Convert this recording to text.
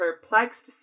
perplexed